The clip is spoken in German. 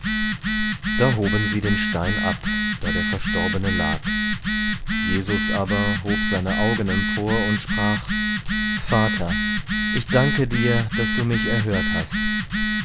da hoben sie den stein ab da der verstorbene lag jesus aber hob seine augen empor und sprach vater ich danke dir daß du mich erhört hast